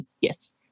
yes